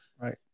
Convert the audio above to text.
Right